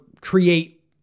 create